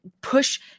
push